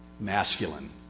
Masculine